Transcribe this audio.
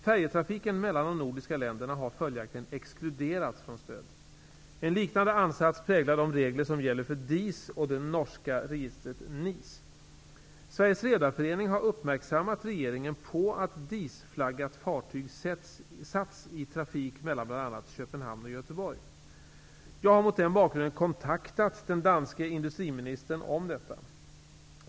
Färjetrafiken mellan de nordiska länderna har följaktligen exkluderats från stöd. En liknande ansats präglar de regler som gäller för DIS och det norska registret NIS. Sveriges Redareförening har uppmärksammat regeringen på att DIS-flaggat fartyg satts i trafik mellan bl.a. Köpenhamn och Göteborg. Jag har mot den bakgrunden kontaktat den danske industriministern om detta.